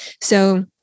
So-